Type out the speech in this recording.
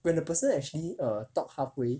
when the person actually err talk halfway